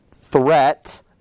threat